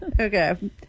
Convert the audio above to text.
Okay